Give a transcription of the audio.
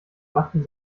machten